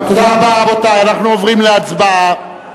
רבותי, אנחנו עוברים להצבעה.